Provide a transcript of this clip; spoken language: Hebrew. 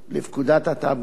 לפקודת התעבורה ,